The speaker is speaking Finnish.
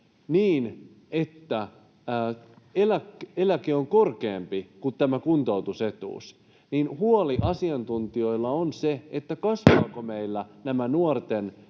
niin että eläke on korkeampi kuin tämä kuntoutusetuus, niin huoli asiantuntijoilla on se, kasvavatko meillä nämä nuorten